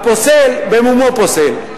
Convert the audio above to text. הפוסל במומו פוסל,